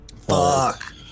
Fuck